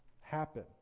happen